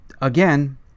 again